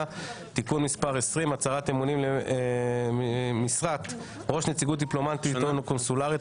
(תיקון מס' 20) (הצהרת אמונים למשרת ראש נציגות דיפלומטית או קונסולרית),